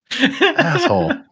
Asshole